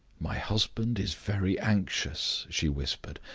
my husband is very anxious, she whispered.